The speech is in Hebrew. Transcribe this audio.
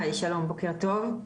שלום, בוקר טוב,